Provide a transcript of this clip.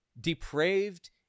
depraved